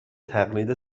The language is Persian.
تقلید